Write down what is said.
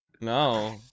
No